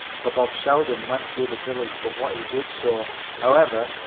for bob seldom went through the village but what he did so. however,